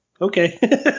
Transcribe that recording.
okay